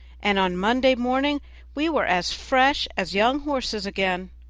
and on monday morning we were as fresh as young horses again